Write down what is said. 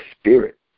spirit